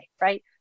right